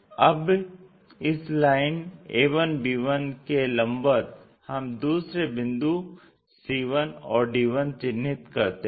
अब इस line a1b1 के लंबवत हम दूसरे बिंदु c1 और d1 चिन्हित करते हैं